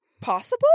possible